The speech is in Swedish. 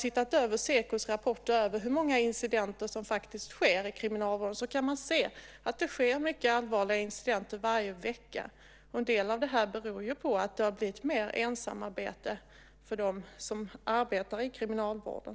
I Sekos rapporter om hur många incidenter som sker i kriminalvården kan man se att det sker mycket allvarliga incidenter varje vecka. En del av dem beror på att det har blivit mer ensamarbete för dem som arbetar i kriminalvården.